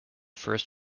first